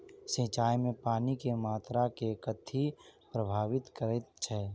सिंचाई मे पानि केँ मात्रा केँ कथी प्रभावित करैत छै?